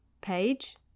page